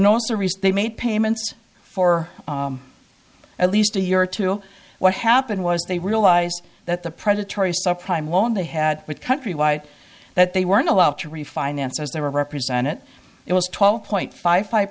nurseries they made payments for at least a year or two what happened was they realized that the predatory sub prime loan they had with countrywide that they weren't allowed to refinance as they were represented it was twelve point five